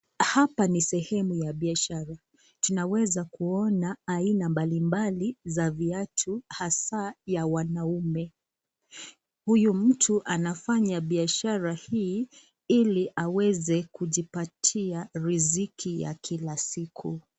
Hapa ni sehemu ya biashara, tunaweza kuona aina mbalimbali za viatu hasa ya wanaume. Huyu mtu anafanya biashara hii ili aweze kujipatia riziki ya kila siku.